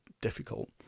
difficult